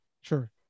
Sure